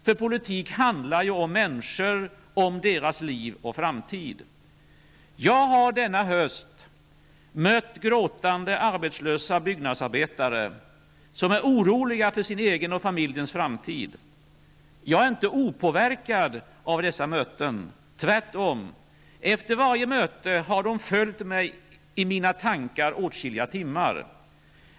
För politik handlar om människor, om deras liv och framtid. Jag har denna höst mött gråtande arbetslösa byggnadsarbetare som är oroliga för sin egen och familjens framtid. Jag är inte opåverkad av dessa möten. Tvärtom, varje möte har följt mig i mina tankar åtskilliga timmar efteråt.